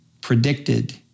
predicted